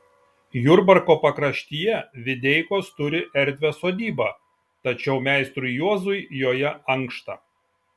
jurbarko pakraštyje videikos turi erdvią sodybą tačiau meistrui juozui joje ankšta